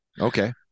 Okay